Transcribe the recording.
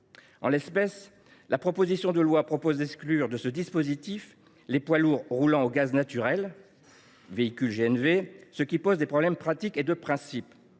En l’espèce, la proposition de loi vise à exclure de ce dispositif les poids lourds roulant au gaz naturel pour véhicule (GNV). Cela pose des problèmes pratiques et de principe